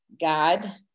God